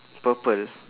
purple